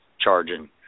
charging